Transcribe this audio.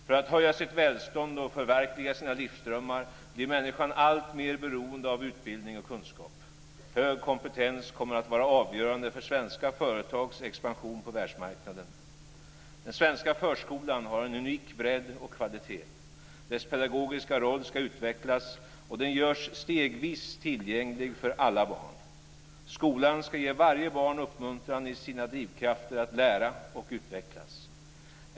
För att höja sitt välstånd och förverkliga sina livsdrömmar blir människan allt mer beroende av utbildning och kunskap. Hög kompetens kommer att vara avgörande för svenska företags expansion på världsmarknaden. Den svenska förskolan har en unik bredd och kvalitet. Dess pedagogiska roll ska utvecklas, och den görs stegvis tillgänglig för alla barn. Skolan ska ge varje barn uppmuntran i sina drivkrafter att lära och utvecklas.